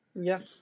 Yes